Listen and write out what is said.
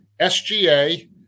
SGA